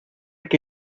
que